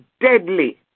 deadly